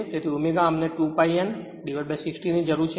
તેથી ω અમને 2 pi n60 ની જરૂર છે